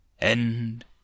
End